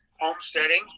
homesteading